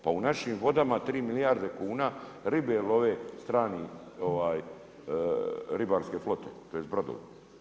Pa u našim vodama 3 milijarde kuna, ribe love strane ribarske flote, tj. brodovi.